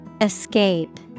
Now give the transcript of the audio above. Escape